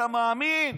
אתה מאמין?